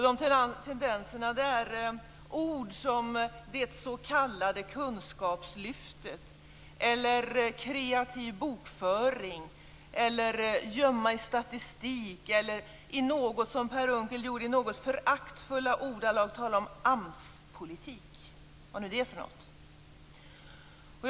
De tendenserna avspeglar sig i ord som "det s.k. kunskapslyftet", "kreativ bokföring" eller "gömma i statistik". Per Unckel talade i föraktfulla ordalag om AMS-politik - vad nu det är för någonting.